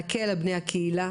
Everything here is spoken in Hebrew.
להקל על בני הקהילה